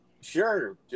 sure